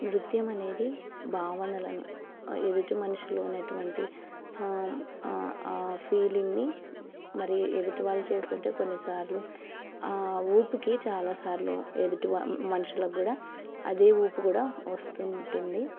నృత్యం అనేది భావనలను ఎదుటి మనుషులో ఉన్నటువంటి ఆ ఫీలింగ్ని మరియు ఎదుటి వాళ్ళు చేస్తు ఉంటే కొన్నిసార్లు ఊపుకి చాలాసార్లు ఎదుటి మనుషులకు కూడా అదే ఊపు కూడా వస్తు ఉంటుంది